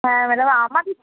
হ্যাঁ ম্যাডাম